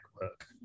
work